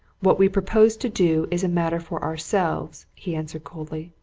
what we propose to do is a matter for ourselves, he answered coldly.